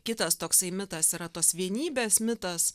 kitas toksai mitas yra tos vienybės mitas